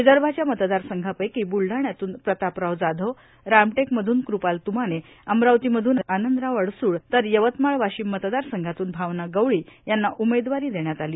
विदर्भाच्या मतदारसंघांपैकी ब्रुलढाण्यातून प्रतापराव जाधव रामटेकमधून क्रपाल तुमाने अमरावतीमधून आनंदराव अडसूळ तर यवतमाळ वाशिम मतदारसंघातून भावना गवळी यांना उमेदवारी देण्यात आली आहे